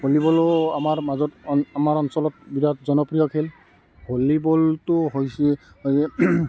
ভলীবলো আমাৰ মাজত অন আমাৰ অঞ্চলত বিৰাট জনপ্ৰিয় খেল ভলীবলটো হৈছে এই